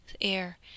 air